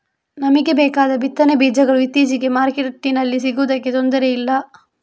ನಮಿಗೆ ಬೇಕಾದ ಬಿತ್ತನೆ ಬೀಜಗಳು ಇತ್ತೀಚೆಗೆ ಮಾರ್ಕೆಟಿನಲ್ಲಿ ಸಿಗುದಕ್ಕೆ ತೊಂದ್ರೆ ಇಲ್ಲ